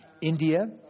India